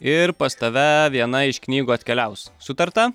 ir pas tave viena iš knygų atkeliaus sutarta